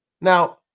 now